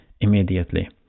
immediately